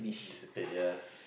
disappear ya